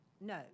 No